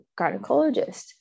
gynecologist